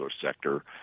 sector